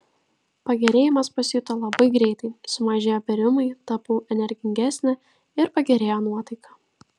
pagerėjimas pasijuto labai greitai sumažėjo bėrimai tapau energingesnė ir pagerėjo nuotaika